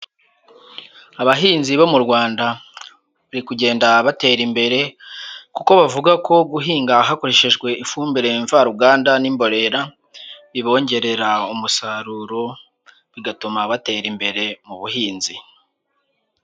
Abahinzi bo mu Rwanda bari kugenda batera imbere, kuko bavuga ko guhinga hakoreshejwe ifumbire mvaruganda n'imborera, bibongerera umusaruro bigatuma batera imbere mu buhinzi.